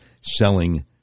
selling